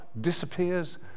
disappears